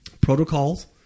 Protocols